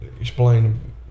explain